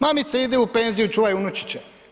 Mamice, idi u penziju, čuvaj unučiće.